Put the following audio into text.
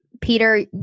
Peter